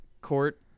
court